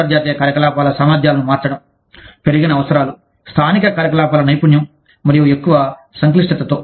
అంతర్జాతీయ కార్యకలాపాల సామర్థ్యాలను మార్చడం పెరిగిన అవసరాలు స్థానిక కార్యకలాపాల నైపుణ్యం మరియు ఎక్కువ సంక్లిష్టతతో